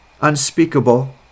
unspeakable